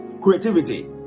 creativity